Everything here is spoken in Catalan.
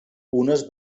unes